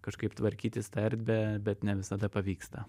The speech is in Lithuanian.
kažkaip tvarkytis tą erdvę ne visada pavyksta